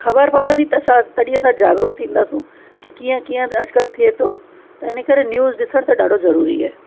ख़बरु पवंदी त छा तॾहिं असां जागरुक थींदासीं की कीअं कीअं त अॼकल्ह थिए थो त हिन करे न्यूज़ ॾिसण त ॾाढो ज़रूरी आहे